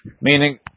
meaning